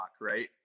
right